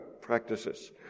practices